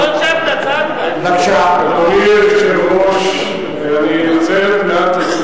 יש רוב אוטומטי, אבל בטח שלא אתן לך לסתום את הפה